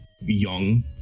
young